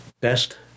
Best